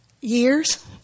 years